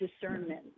discernment